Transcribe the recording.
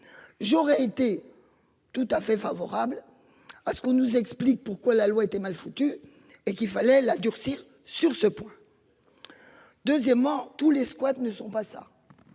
J'aurais été tout à fait favorable à ce qu'on nous explique pourquoi la loi était mal foutu et qu'il fallait la durcir. Sur ce point. Deuxièmement tous les squats ne sont pas ça.